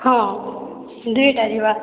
ହଁ ଦୁଇଟା ଯିବା